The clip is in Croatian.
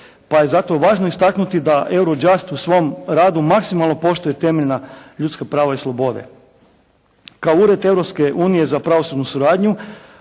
pa je zato važno istaknuti da Eurojust u svom radu maksimalno poštuje temeljna ljudska prava i slobode. Kao ured Europske unije za pravosudnu suradnju